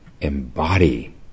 embody